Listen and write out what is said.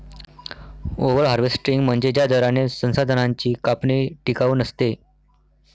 over harvesting म्हणजे ज्या दराने संसाधनांची कापणी टिकाऊ नसते